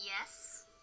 Yes